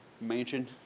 mansion